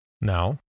Now